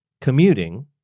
commuting